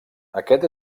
aquest